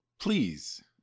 Please